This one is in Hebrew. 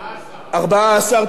ארבעה-עשר.